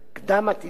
"קדם-עתידים"